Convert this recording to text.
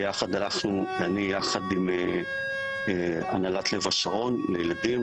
ביחד הלכנו אני יחד עם הנהלת לב השרון לילדים,